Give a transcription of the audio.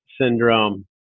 syndrome